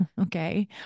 okay